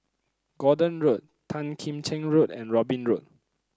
Gordon Road Tan Kim Cheng Road and Robin Road